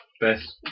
best